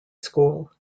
school